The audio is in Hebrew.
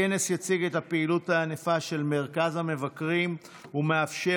הכנס מציג את הפעילות הענפה של מרכז המבקרים ומאפשר